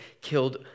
killed